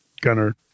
gunner